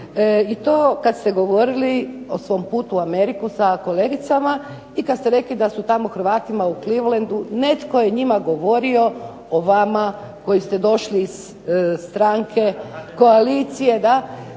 i to kad ste govorili o svom putu u Ameriku sa kolegicama i kad ste rekli da su tamo Hrvatima u Clevelandu netko je njima govorio o vama koji ste došli iz stranke koalicije da